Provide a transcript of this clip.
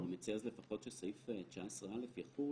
נו